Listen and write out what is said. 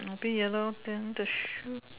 a bit yellow then the shoe